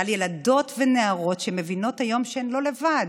על ילדות ונערות שמבינות היום שהן לא לבד.